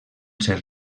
ser